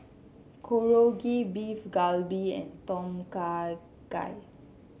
Korokke Beef Galbi and Tom Kha Gai